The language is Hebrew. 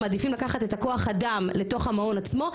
הם מעדיפים לקחת את הכוח אדם לתוך המעון עצמו,